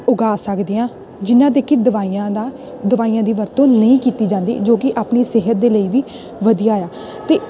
ਉਗਾ ਸਕਦੇ ਹਾਂ ਜਿਨ੍ਹਾਂ ਦੇ ਕਿ ਦਵਾਈਆਂ ਦਾ ਦਵਾਈਆਂ ਦੀ ਵਰਤੋਂ ਨਹੀਂ ਕੀਤੀ ਜਾਂਦੀ ਜੋ ਕਿ ਆਪਣੀ ਸਿਹਤ ਦੇ ਲਈ ਵੀ ਵਧੀਆ ਆ ਅਤੇ